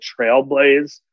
trailblaze